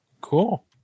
Cool